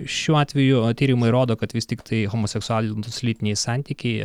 šiuo atveju tyrimai rodo kad vis tiktai homoseksualūs lytiniai santykiai